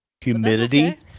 humidity